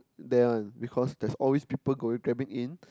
that one because there always people go in travel in